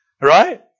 Right